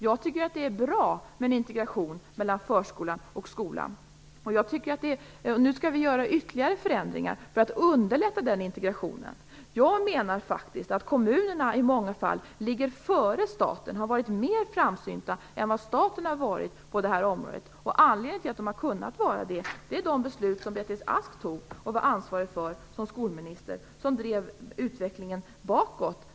Jag tycker att det är bra med en integration mellan förskolan och skolan. Nu skall vi göra ytterligare förändringar för att underlätta den integrationen. Jag menar att kommunerna i många fall ligger före staten och har varit mer framsynta än vad staten har varit på detta område. Anledningen till att de har kunnat vara det är de beslut som Beatrice Ask fattade och var ansvarig för som skolminister vilka drev utvecklingen bakåt.